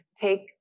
take